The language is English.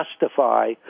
justify